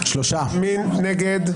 מי נגד?